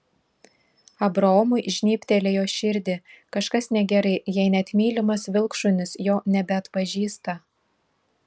abraomui žnybtelėjo širdį kažkas negerai jei net mylimas vilkšunis jo nebeatpažįsta